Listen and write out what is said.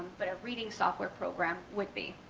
but a reading software program would be.